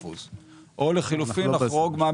אני תכף אומר מה איזנו.